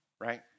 Right